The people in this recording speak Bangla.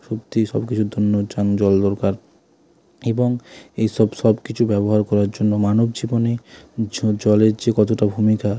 সত্যিই সব কিছুর জন্য চাম জল দরকার এবং এই সব সব কিছু ব্যবহার করার জন্য মানব জীবনে জলের যে কতটা ভূমিকা